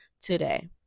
today